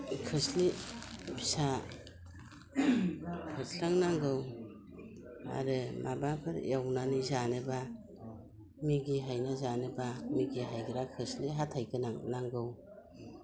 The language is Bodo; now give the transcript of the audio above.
खोस्लि फिसा फोस्लां नांगौ आरो माबाफोर एवनानै जानोब्ला मिगि हायना जानोब्ला मिगि हायग्रा खोस्लि हाथाइ गोनां नांगौ